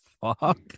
fuck